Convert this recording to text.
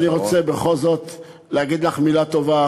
אני רוצה בכל זאת להגיד לך מילה טובה,